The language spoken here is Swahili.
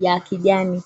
ya kijani.